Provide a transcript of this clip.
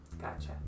Gotcha